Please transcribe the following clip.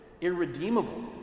irredeemable